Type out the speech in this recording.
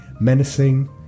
menacing